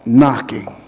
knocking